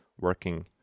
working